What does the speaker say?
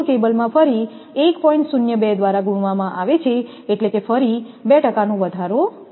02 દ્વારા ગુણવામાં આવે છે એટલે કે ફરી 2 ટકાનો વધારો થાય છે